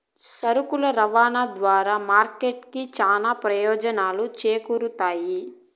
సరుకుల రవాణా ద్వారా మార్కెట్ కి చానా ప్రయోజనాలు చేకూరుతాయి